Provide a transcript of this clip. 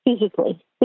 physically